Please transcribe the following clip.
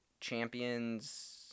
Champions